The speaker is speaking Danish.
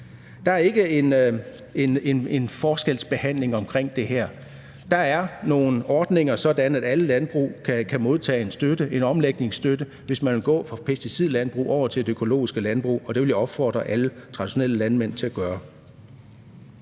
Der er ikke en forskelsbehandling ved det her. Der er nogle ordninger, og alle landbrug kan modtage støtte, en omlægningsstøtte, hvis de vil gå fra pesticidlandbrug over til økologisk landbrug, og det vil jeg opfordre alle traditionelle landmænd til at gøre.